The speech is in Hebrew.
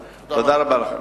תודה רבה לכם.